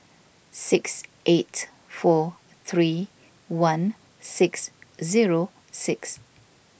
six eight four three one six zero six